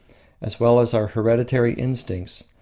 as well as our hereditary instincts,